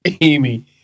Amy